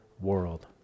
world